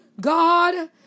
God